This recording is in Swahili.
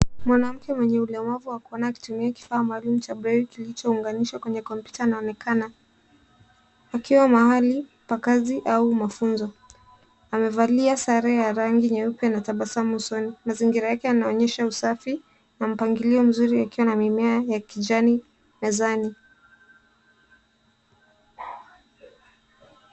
Mwanamke mwenye ulemavu wa kuona akitumia kifaa maalum cha breli kilichounganishwa kwenye kompyuta anaonekana, ikiwa mahali pa kazi au mafunzo. Amevalia sare ya rangi nyeupe na tabasamu usoni. Mazingira yake yanaonyesha usafi na mpangilio mzuri yakiwa na mimea ya kijani mezani.